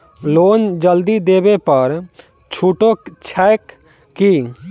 Loan जल्दी देबै पर छुटो छैक की?